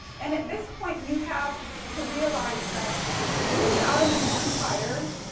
and, at this point, you have to realize that in the ottoman empire,